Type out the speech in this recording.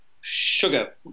sugar